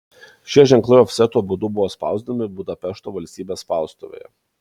šie ženklai ofseto būdu buvo spausdinami budapešto valstybės spaustuvėje